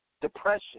depression